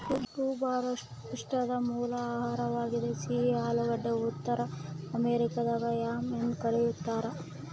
tuberous ಪಿಷ್ಟದ ಮೂಲ ಆಹಾರವಾಗಿದೆ ಸಿಹಿ ಆಲೂಗಡ್ಡೆ ಉತ್ತರ ಅಮೆರಿಕಾದಾಗ ಯಾಮ್ ಎಂದು ಕರೀತಾರ